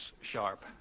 Sharp